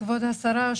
כבוד השרה,